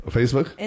Facebook